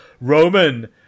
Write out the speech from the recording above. Roman